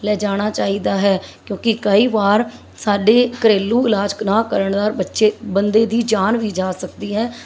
ਲਿਜਾਣਾ ਚਾਹੀਦਾ ਹੈ ਕਿਉਂਕਿ ਕਈ ਵਾਰ ਸਾਡੇ ਘਰੇਲੂ ਇਲਾਜ ਨਾ ਕਰਨ ਨਾਲ ਬੱਚੇ ਬੰਦੇ ਦੀ ਜਾਨ ਵੀ ਜਾ ਸਕਦੀ ਹੈ